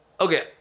okay